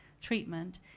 treatment